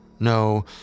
No